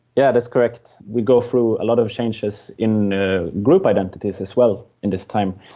yeah that's correct. we go through a lot of changes in ah group identities as well in this time.